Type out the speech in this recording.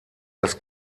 das